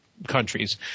Countries